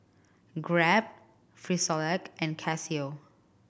Grab Frisolac and Casio